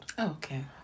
okay